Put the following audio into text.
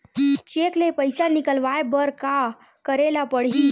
Cheque ले पईसा निकलवाय बर का का करे ल पड़हि?